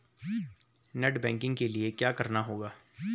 Net banking के लिए क्या करना होगा?